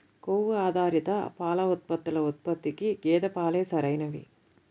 కొవ్వు ఆధారిత పాల ఉత్పత్తుల ఉత్పత్తికి గేదె పాలే సరైనవి